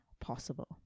possible